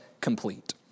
complete